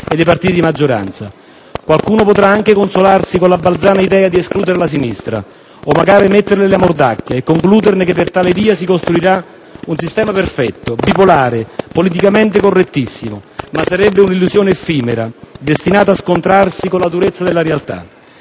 e dei partiti di maggioranza. Qualcuno potrà anche consolarsi con la balzana idea di escludere la sinistra o magari di metterle la mordacchia, e concluderne che per tale via si costruirà un sistema perfetto, bipolare, politicamente correttissimo. Ma sarebbe un'illusione effimera, destinata a scontrarsi con la durezza della realtà.